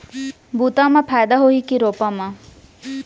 बुता म फायदा होही की रोपा म?